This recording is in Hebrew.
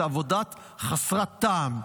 זו עבודת חסרת טעם.